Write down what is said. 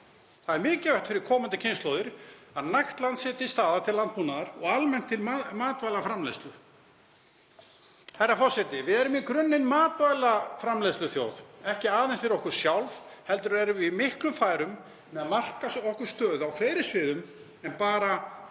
Það er mikilvægt fyrir komandi kynslóðir að nægt land sé til staðar til landbúnaðar og almennt til matvælaframleiðslu. Herra forseti. Við erum í grunninn matvælaframleiðsluþjóð, ekki aðeins fyrir okkur sjálf heldur erum við í miklum færum með að marka okkur stöðu á fleiri sviðum en bara